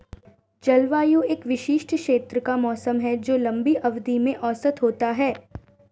जलवायु एक विशिष्ट क्षेत्र का मौसम है जो लंबी अवधि में औसत होता है